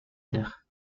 terres